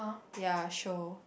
ya sure